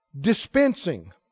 dispensing